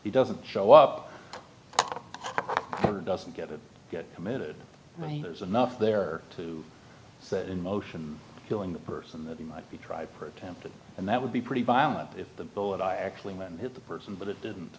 who doesn't show up or doesn't get it committed when there's enough there to set in motion killing the person that he might be tried for attempted and that would be pretty violent if the bullet i actually meant hit the person but it didn't